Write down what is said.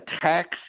tax